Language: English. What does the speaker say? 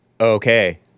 Okay